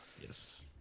Yes